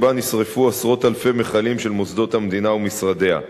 ונשרפו בה עשרות אלפי מכלים של מוסדות המדינה ומשרדיה.